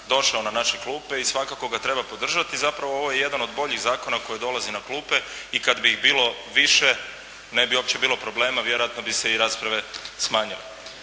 došao na naše klupe i svakako ga treba podržati. Zapravo ovo je jedan od boljih zakona koji dolazi na klupe i kada bi ih bilo više ne bi uopće bilo problema, vjerojatno bi se i rasprave smanjile.